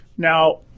Now